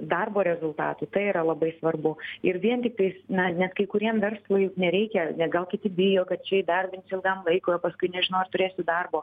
darbo rezultatu tai yra labai svarbu ir vien tais na net kai kuriem verslui nereikia nes gal kiti bijo kad čia įdarbins ilgam laikui o paskui nežinau ar turėsiu darbo